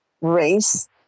race